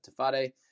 Tafade